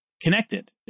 connected